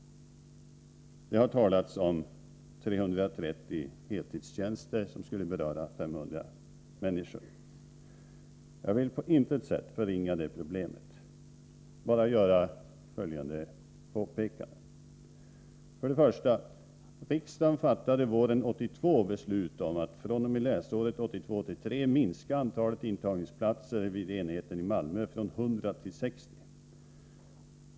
Det har talats om 330 heltidstjänster, och det skulle beröra 500 människor. Jag vill på intet sätt förringa detta problem — bara göra följande påpekanden. För det första: Riksdagen fattade våren 1982 beslut om att fr.o.m. läsåret 1982/83 minska antalet intagningsplatser vid enheten i Malmö från 100 till 60.